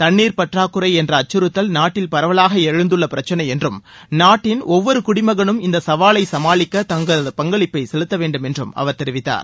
தண்ணீர் பற்றாக்குறை என்ற அச்சுறுத்தல் நாட்டில் பரவலாக எழுந்துள்ள பிரச்சனை என்றும் நாட்டின் ஒவ்வொரு குடிமகனும் இந்த சவாலை சமாளிக்க தமது பங்களிப்பை செலுத்த வேண்டும் என்றும் அவர் தெரிவித்தார்